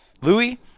Louis